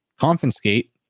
confiscate